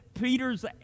Peter's